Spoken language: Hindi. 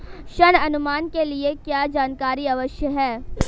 ऋण अनुमान के लिए क्या जानकारी आवश्यक है?